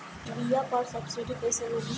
बीया पर सब्सिडी कैसे मिली?